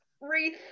wreath